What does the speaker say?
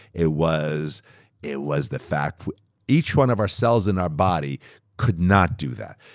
it was it was the fact that each one of our cells in our body could not do that.